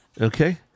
Okay